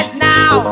now